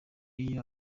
iyo